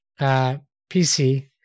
PC